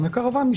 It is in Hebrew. הקרוון.